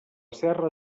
serra